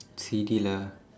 C_D lah